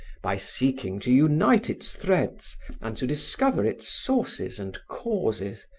by seeking to unite its threads and to discover its sources and causes,